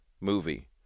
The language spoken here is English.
movie